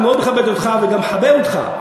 אני מאוד מכבד אותך וגם מחבב אותך,